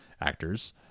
actors